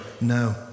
no